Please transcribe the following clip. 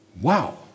Wow